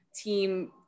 team